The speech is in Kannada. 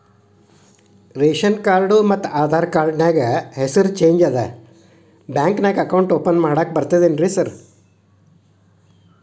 ರೇಶನ್ ಕಾರ್ಡ್ ಮತ್ತ ಆಧಾರ್ ಕಾರ್ಡ್ ನ್ಯಾಗ ಹೆಸರು ಚೇಂಜ್ ಅದಾ ಬ್ಯಾಂಕಿನ್ಯಾಗ ಅಕೌಂಟ್ ಓಪನ್ ಮಾಡಾಕ ಬರ್ತಾದೇನ್ರಿ ಸಾರ್?